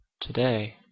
today